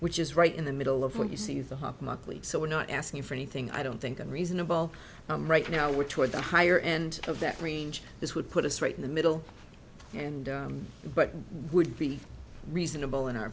which is right in the middle of what you see the hop monthly so we're not asking for anything i don't think i'm reasonable right now we're toward the higher end of that range this would put us right in the middle and but would be reasonable in our